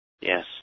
Yes